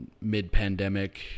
mid-pandemic